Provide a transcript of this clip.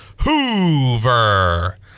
Hoover